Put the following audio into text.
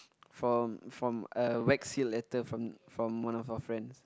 from from a wax seal letter from from one of our friends